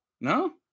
No